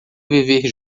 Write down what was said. viver